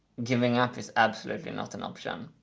giving up is absolutely not an option.